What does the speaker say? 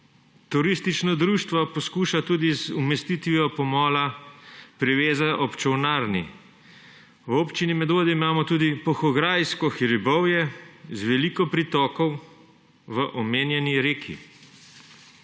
Turistično društvo poskuša tudi z umestitvijo pomola, priveza ob čolnarni. V občini Medvode imamo tudi Polhograjsko hribovje z veliko pritokov v omenjeni reki.